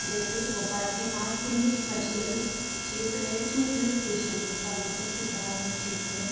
जैसे भोपाल के पास में ही पचमणी क्षेत्र है जो हिल्स इस्टेशन है पर्वतों से भरा हुआ क्षेत्र है